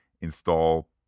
install